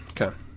Okay